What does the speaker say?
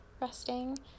resting